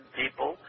people